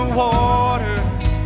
waters